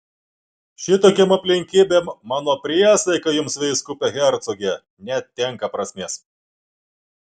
šitokiom aplinkybėm mano priesaika jums vyskupe hercoge netenka prasmės